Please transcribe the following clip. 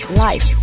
life